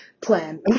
plan